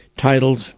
titled